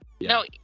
No